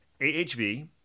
AHV